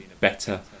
better